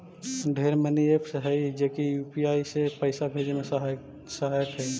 ढेर money apps हई जे की यू.पी.आई से पाइसा भेजे में सहायक हई